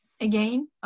again